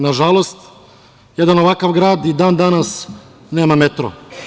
Nažalost, jedan ovakav grad i dan danas nema metro.